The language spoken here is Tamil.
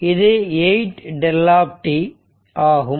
இது 8 δ ஆகும்